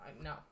no